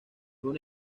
una